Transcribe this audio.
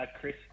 chris